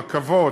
רכבות,